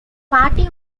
party